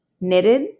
knitted